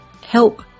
help